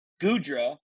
gudra